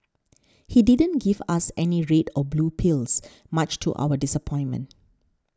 he didn't give us any red or blue pills much to our disappointment